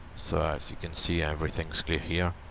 so as you can see, everything is clear here.